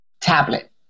Tablet